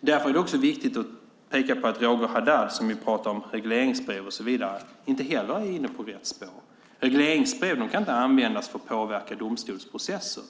Därför är det också viktigt att tänka på att Roger Haddad, som pratar om regleringsbrev och så vidare, inte heller är inne på rätt spår. Ett regleringsbrev kan inte användas för att påverka domstolsprocesser.